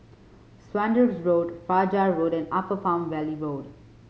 Saunders Road Fajar Road and Upper Palm Valley Road